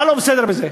מה לא בסדר בזה?